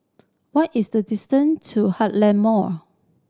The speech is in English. what is the distant to Heartland Mall